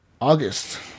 August